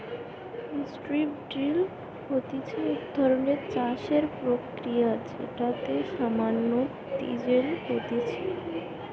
strip drill হতিছে এক ধরণের চাষের প্রক্রিয়া যেটাতে সামান্য তিলেজ হতিছে